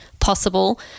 possible